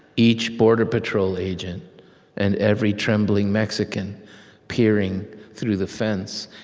each border patrol agent and every trembling mexican peering through the fence.